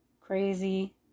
crazy